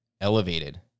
elevated